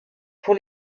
pour